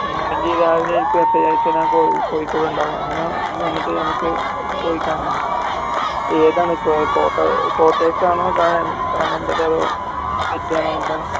അങ്ങനെയാണെങ്കിൽ രാവിലെയായിരിക്കും മെസ്സേജ് അയച്ചാൽ കോഴിക്കോട് കോഴിക്കോട് ഉണ്ടാവും അങ്ങനെ വന്നിട്ട് നമുക്ക് പോയി കാണാം ഏതാണ് ഇപ്പോൾ കോട്ട കോട്ടേഴ്സാണോ കാണാൻ കാണേണ്ടത് അതോ വില്ലയാണോ വേണ്ടത്